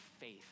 faith